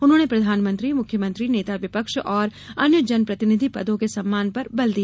उन्होंने प्रधानमंत्री मुख्यमंत्री नेता विपक्ष और अन्य जनप्रतिनिधि पदों के सम्मान पर बल दिया